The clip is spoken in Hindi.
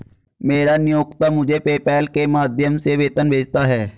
मेरा नियोक्ता मुझे पेपैल के माध्यम से वेतन भेजता है